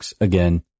again